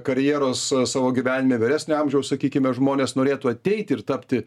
karjeros savo gyvenime vyresnio amžiaus sakykime žmonės norėtų ateiti ir tapti